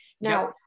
Now